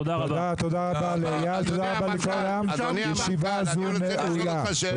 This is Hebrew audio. תודה רבה לאייל, תודה רבה לכולם, ישיבה זו נעולה.